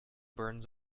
burns